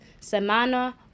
semana